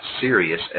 serious